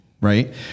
right